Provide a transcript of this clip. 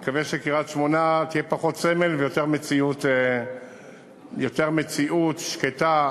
אני מקווה שקריית-שמונה תהיה פחות סמל ויותר מציאות שקטה,